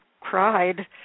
cried